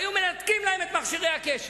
והיו מנתקים להם את מכשירי הקשר.